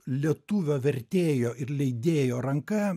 lietuvio vertėjo ir leidėjo ranka